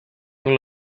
rule